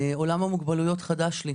עולם המוגבלויות חדש לי.